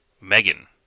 Megan